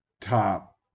top